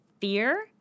fear